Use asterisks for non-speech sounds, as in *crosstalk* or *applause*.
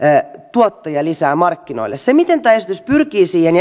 tuottajia lisää markkinoille se miten tämä esitys pyrkii siihen *unintelligible*